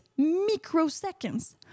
microseconds